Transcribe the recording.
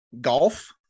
golf